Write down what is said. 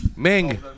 Ming